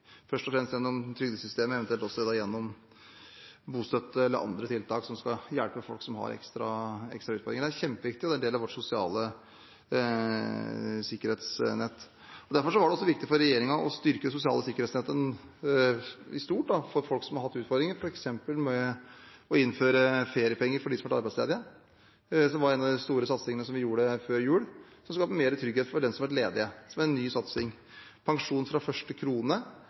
først og fremst gjennom trygdesystemet og eventuelt også gjennom bostøtte eller andre tiltak som skal hjelpe folk som har ekstra utfordringer. Det er kjempeviktig, og det er en del av vårt sosiale sikkerhetsnett. Derfor var det også viktig for regjeringen å styrke det sosiale sikkerhetsnettet i stort for folk som har hatt utfordringer, f.eks. ved å innføre feriepenger for dem som har vært arbeidsledige. Det var en av de store satsingene vi hadde før jul, som er en ny satsing, og som skaper mer trygghet for dem som har vært ledige. Det samme gjelder pensjon fra første krone,